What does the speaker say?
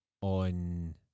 on